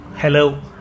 Hello